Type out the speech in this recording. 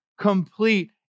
complete